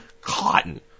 cotton